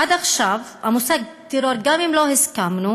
עד עכשיו המושג טרור, גם אם לא הסכמנו